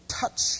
touch